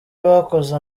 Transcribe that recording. bakoze